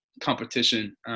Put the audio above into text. competition